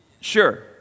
sure